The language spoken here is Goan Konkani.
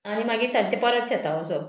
आनी मागीर सांचें परत शेता वसप